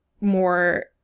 more